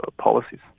policies